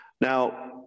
Now